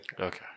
Okay